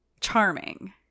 charming